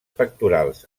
pectorals